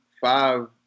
five